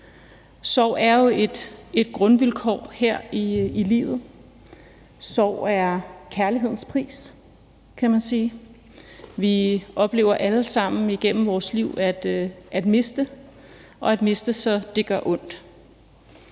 Sorg er jo et grundvilkår her i livet. Sorg er kærlighedens pris, kan man sige. Vi oplever alle sammen igennem vores liv at miste og at miste, så det gør ondt.